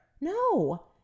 No